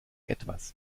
etwas